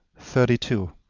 thirty two.